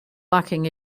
lacking